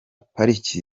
pariki